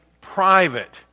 private